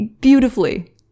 beautifully